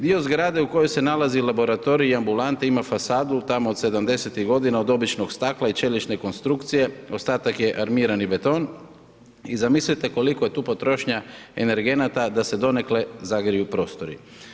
Dio zgrade u kojoj se nalazi laboratorij i ambulanta ima fasadu tamo 70-ih godina od običnog stakla i čelične konstrukcije, ostatak je armirani beton i zamislite koliko je tu potrošnja energenata da se donekle zagriju prostori.